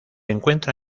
encuentra